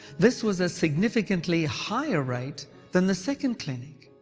this was a significantly higher rate than the second clinic.